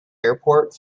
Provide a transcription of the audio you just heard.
airport